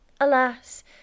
Alas